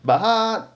but 他